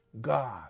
God